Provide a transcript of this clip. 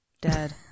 Dead